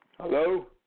Hello